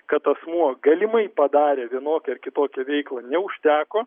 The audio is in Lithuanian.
kad asmuo galimai padarė vienokią ar kitokią veiklą neužteko